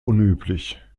unüblich